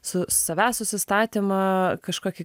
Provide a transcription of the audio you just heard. su savęs susistatymą kažkokį